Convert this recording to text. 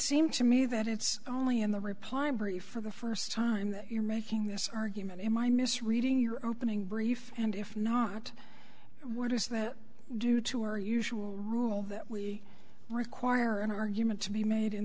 seems to me that it's only in the reply brief for the first time that you're making this argument am i misreading your opening brief and if not what does that do to our usual rule that we require an argument to be made in